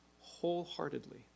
wholeheartedly